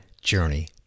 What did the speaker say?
journey